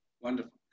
Wonderful